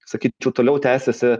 sakyčiau toliau tęsiasi